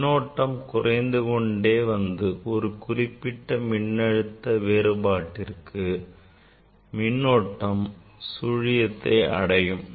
மின்னோட்டம் குறைந்து கொண்டே வந்து ஒரு குறிப்பிட்ட மின்னழுத்த வேறுபாட்டிற்கு மின்னோட்டம் சுழியத்தை அடையும்